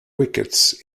wickets